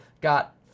got